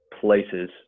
places